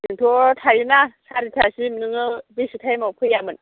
जोंथ' थायोना सारिथासिम नोङो बेसे थाइमाव फैयामोन